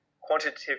quantitative